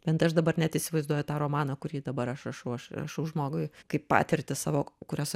bent aš dabar net įsivaizduoju tą romaną kurį dabar aš rašau aš rašau žmogui kaip patirtį savo kurios aš